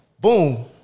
Boom